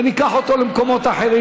וניקח אותו למקומות אחרים.